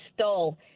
stole